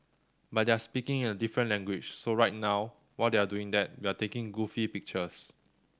but they're speaking in a different language so right now while they're doing that we're taking goofy pictures